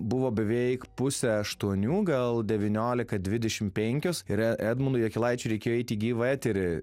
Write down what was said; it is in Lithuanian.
buvo beveik pusę aštuonių gal devyniolika dvidešimt penkios ir edmundui jakilaičiu reikėjo eit į gyvą eterį